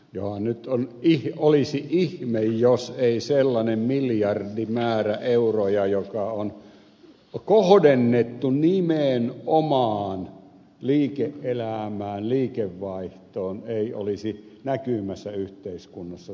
johan nyt olisi ihme jos ei sellainen miljardimäärä euroja joka on kohdennettu nimenomaan liike elämään liikevaihtoon olisi näkymässä yhteiskunnassa